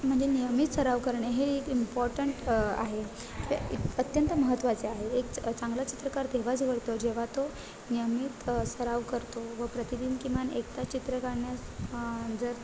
म्हणजे नियमित सराव करणे हे एक इम्पॉर्टंट आहे हे एक अत्यंत महत्त्वाचे आहे एक च चांगला चित्रकार तेव्हाच घडतो जेव्हा तो नियमित सराव करतो व प्रतिदिन किमान एक तास चित्र काढण्यास जर